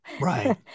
Right